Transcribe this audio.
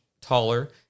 taller